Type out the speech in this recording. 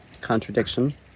contradiction